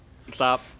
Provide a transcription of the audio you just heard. Stop